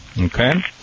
Okay